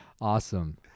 Awesome